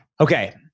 Okay